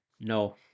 No